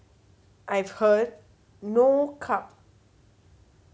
I've heard no carbs